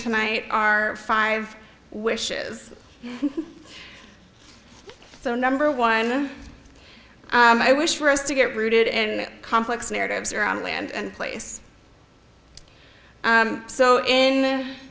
tonight are five wishes so number one i wish for us to get rooted and complex narratives around land and place so in